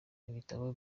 ibitabo